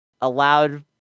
allowed